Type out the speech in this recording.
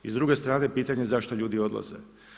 I s druge strane, pitanje zašto ljudi odlaze.